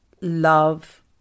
love